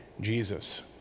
Jesus